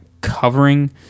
covering